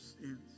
sins